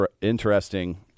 interesting